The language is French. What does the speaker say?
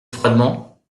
froidement